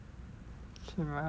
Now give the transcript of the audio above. okay lah